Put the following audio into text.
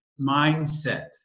mindset